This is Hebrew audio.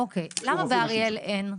אוקיי, למה באריאל אין?